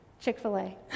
Chick-fil-A